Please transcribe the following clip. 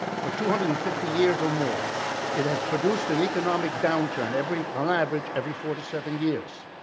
for two hundred and fifty years or more it has produced an economic downturn every on average, every four to seven years.